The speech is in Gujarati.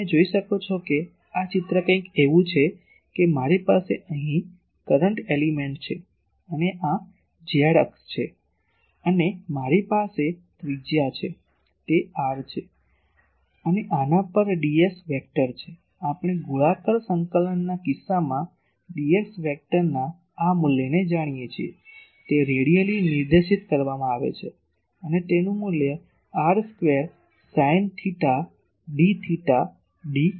તેથી તમે જોઈ શકો છો કે આ ચિત્ર કંઈક એવું છે કે મારી પાસે અહીં કરંટ એલીમેન્ટ છે અને આ z અક્ષ છે અને માર્રી પાસે ત્રિજ્યા છે તે r છે અને આના પર ds વેક્ટર છે આપણે ગોળાકાર સંકલનના કિસ્સામાં ds વેક્ટરના આ મૂલ્યને જાણીએ છીએ તે રેડીયલી નિર્દેશિત કરવામાં આવે છે અને તેનું મૂલ્ય r square sine theta d theta d phi છે